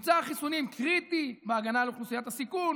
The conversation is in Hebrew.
מבצע החיסונים קריטי בהגנה על אוכלוסיית הסיכון,